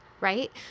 right